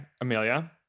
Amelia